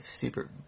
super